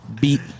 beat